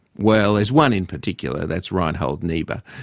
well, there's one in particular, that's reinhold niebuhr.